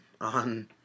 on